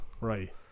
Right